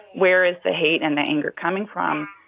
where is the hate and the anger coming from?